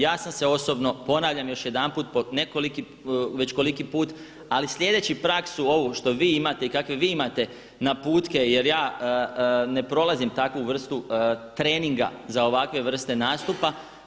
Ja sam se osobno, ponavljam još jedanput već koliki put, ali slijedeći praksu ovu što vi imate i kakve vi imate naputke jer ja ne prolazim takvu vrstu treninga za ovakve vrste nastupa.